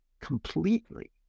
completely